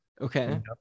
okay